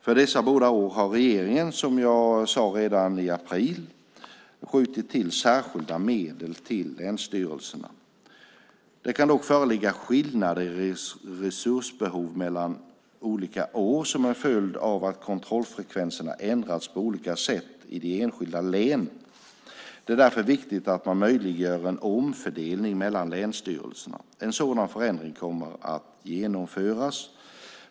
För dessa båda år har regeringen, som jag sade redan i april, skjutit till särskilda medel till länsstyrelserna. Det kan dock föreligga skillnader i resursbehov mellan olika år som en följd av att kontrollfrekvenserna ändrats på olika sätt i de enskilda länen. Det är därför viktigt att man möjliggör en omfördelning mellan länsstyrelserna. En sådan förändring kommer att genomföras.